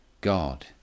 God